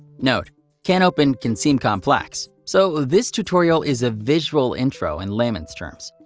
note canopen can seem complex so ah this tutorial is a visual intro in layman's terms.